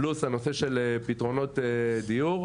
פלוס הנושא של פתרונות דיור,